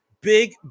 big